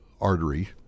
artery